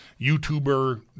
YouTuber